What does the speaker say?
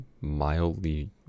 mildly